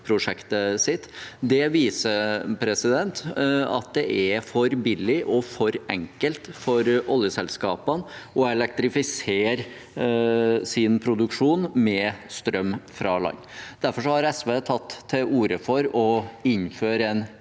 Det viser at det er for billig og for enkelt for oljeselskapene å elektrifisere sin produksjon med strøm fra land. Derfor har SV tatt til orde for å innføre en